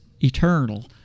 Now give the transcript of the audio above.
eternal